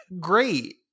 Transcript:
great